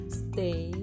stay